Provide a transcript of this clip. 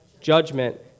Judgment